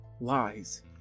lies